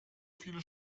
viele